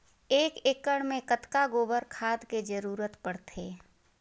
एक एकड़ मे कतका गोबर खाद के जरूरत पड़थे?